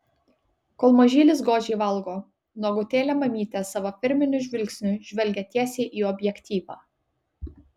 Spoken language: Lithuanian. kol mažylis godžiai valgo nuogutėlė mamytė savo firminiu žvilgsniu žvelgia tiesiai į objektyvą